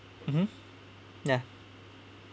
mmhmm ya